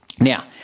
Now